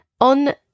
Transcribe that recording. On